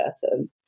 person